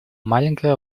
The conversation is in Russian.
маленькая